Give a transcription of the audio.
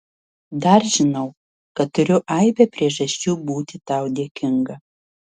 dar žinau kad turiu aibę priežasčių būti tau dėkinga